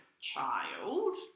child